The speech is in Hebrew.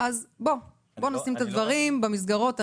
אז בוא נשים את הדברים במסגרות הנכונות.